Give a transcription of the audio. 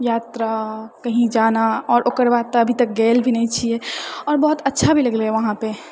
यात्रा कहीं जाना आओर ओकर बाद तऽ अभीतक गेल भी नहि छियै आओर बहुत अच्छा भी लगलै वहाँपर